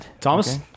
Thomas